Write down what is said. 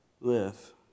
live